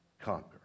conquer